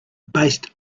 based